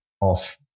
off